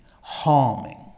harming